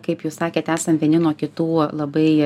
kaip jūs sakėt esam vieni nuo kitų labai